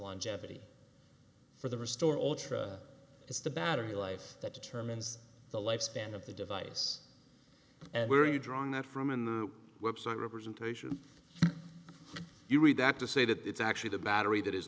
longevity for the restore altria is the battery life that determines the lifespan of the device and where you draw on that from in the website representation you read that to say that it's actually the battery that is